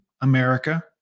America